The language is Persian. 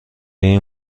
این